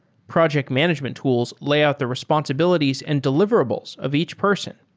project management tools lay out the responsibilities and deliverables of each person.